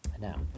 Now